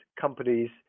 companies